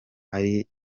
ari